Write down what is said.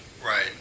Right